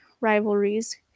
rivalries